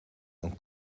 een